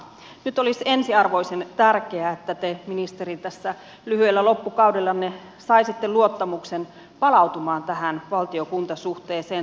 nyt olisi ensiarvoisen tärkeää että te ministeri tällä lyhyellä loppukaudellanne saisitte luottamuksen palautumaan tähän valtiokunta suhteeseen